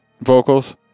vocals